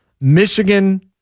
Michigan